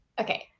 okay